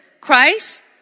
Christ